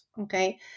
okay